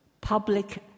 public